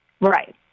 right